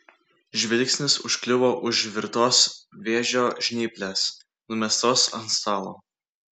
žvilgsnis užkliuvo už virtos vėžio žnyplės numestos ant stalo